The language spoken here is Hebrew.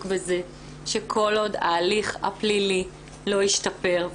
בזה שכל עוד ההליך הפלילי לא ישתפר,